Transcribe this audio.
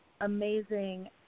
amazing